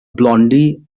blondie